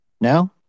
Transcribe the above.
now